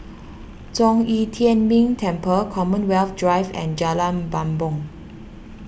Zhong Yi Tian Ming Temple Commonwealth Drive and Jalan Bumbong